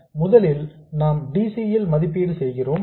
எனவே முதலில் நாம் dc ல் மதிப்பீடு செய்கிறோம்